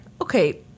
Okay